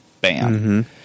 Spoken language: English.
bam